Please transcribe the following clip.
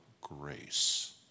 grace